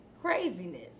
Craziness